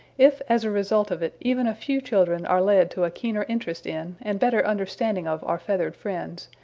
if as a result of it even a few children are led to a keener interest in and better understanding of our feathered friends,